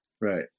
Right